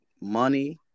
money